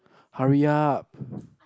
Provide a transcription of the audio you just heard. hurry up